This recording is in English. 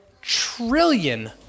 trillion